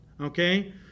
okay